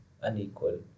unequal